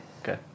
Okay